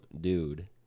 dude